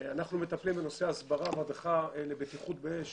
אנחנו מטפלים בנושא הסברה והדרכה לבטיחות באש